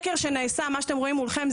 מה שאתם רואים מולכם,